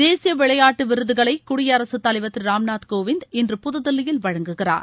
தேசிய விளையாட்டு விருதுகளை குடியரசுத் தலைவர் திரு ராம்நாத் கோவிந்த் இன்று புதுதில்லியில் வழங்குகிறார்